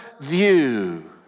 view